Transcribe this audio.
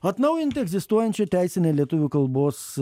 atnaujinti egzistuojančią teisinę lietuvių kalbos